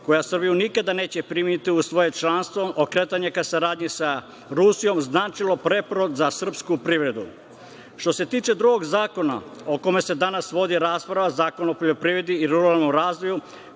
koja Srbiju nikada neće primiti u svoje članstvo, okretanje ka saradnji sa Rusijom značilo preporod za srpsku privredu. Što se tiče drugog zakona o kome se danas vodi rasprava, Zakon o poljoprivredi i ruralnom razvoju,